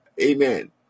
Amen